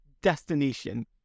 destination